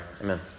Amen